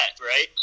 right